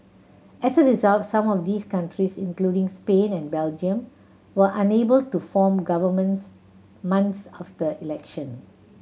as a result some of these countries including Spain and Belgium were unable to form governments months after elections